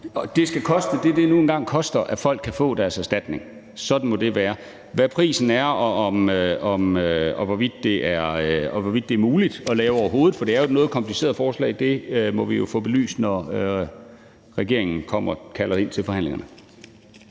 koste det, det nu engang koster, at folk kan få deres erstatning. Sådan må det være. Hvad prisen er, og hvorvidt det er muligt at lave overhovedet – for det er jo et noget kompliceret forslag – må vi jo få belyst, når regeringen kalder ind til forhandlingerne.